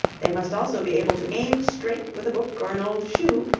they must also be able to aim straight with a book or an old shoe,